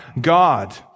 God